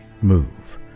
move